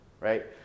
right